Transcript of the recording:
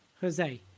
Jose